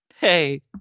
Hey